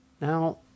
Now